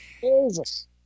Jesus